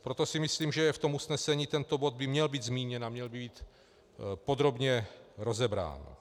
Proto si myslím, že v usnesení by tento bod měl být zmíněn a měl být podrobně rozebrán.